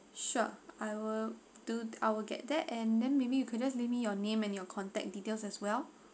sure I will do I will get that and then maybe you could just let me your name and your contact details as well